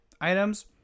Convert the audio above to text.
items